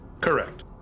Correct